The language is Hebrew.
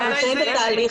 אנחנו נמצאים בתהליך.